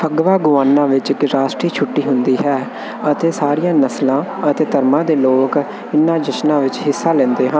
Phagwa Guyana ਵਿੱਚ ਇੱਕ ਰਾਸ਼ਟਰੀ ਛੁੱਟੀ ਹੁੰਦੀ ਹੈ ਅਤੇ ਸਾਰੀਆਂ ਨਸਲਾਂ ਅਤੇ ਧਰਮਾਂ ਦੇ ਲੋਕ ਇਹਨਾਂ ਜਸ਼ਨਾਂ ਵਿੱਚ ਹਿੱਸਾ ਲੈਂਦੇ ਹਨ